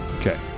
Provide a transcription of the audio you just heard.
Okay